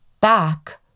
back